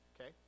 Okay